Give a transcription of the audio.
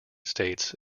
states